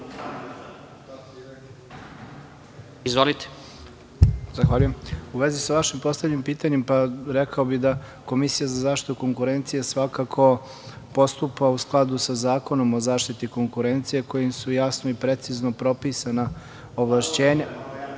Perić** Zahvaljujem.U vezi sa vašim postavljenim pitanjem, pa rekao bih da Komisija za zaštitu konkurencije svakako postupa u skladu sa Zakonom o zaštiti konkurencije, kojim su jasno i precizno propisana nadležnosti